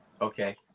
Okay